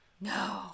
No